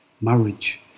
marriage